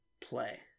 play